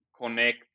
connect